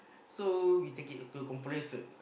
so we take it into complacent